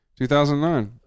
2009